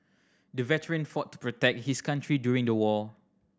the veteran fought to protect his country during the war